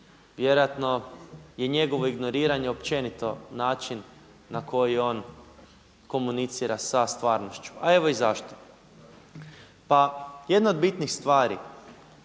vjerojatno je njegovo ignoriranje općenito način na koji on komunicira sa stvarnošću. A evo i zašto. Pa jedna od bitnih stvari